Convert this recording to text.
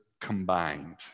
combined